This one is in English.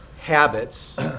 habits